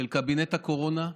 של קבינט הקורונה,